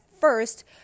first